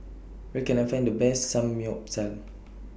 Where Can I Find The Best Samgeyopsal